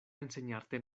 enseñarte